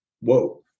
whoa